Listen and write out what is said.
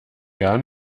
gar